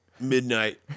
midnight